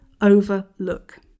overlook